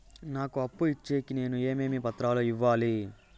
నాకు అప్పు ఇచ్చేకి నేను ఏమేమి పత్రాలు ఇవ్వాలి